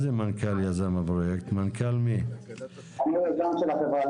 אני היזם של החברה.